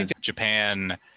Japan